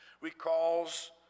recalls